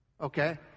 Okay